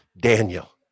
Daniel